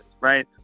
right